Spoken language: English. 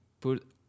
put